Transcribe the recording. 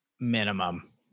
Minimum